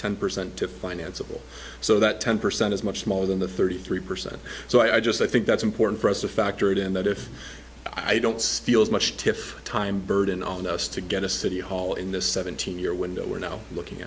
ten percent to finance a pool so that ten percent is much smaller than the thirty three percent so i just i think that's important for us to factor it in that if i don't steal as much to time burden on us to get a city hall in the seventeen year window we're now looking